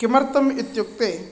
किमर्थम् इत्युक्ते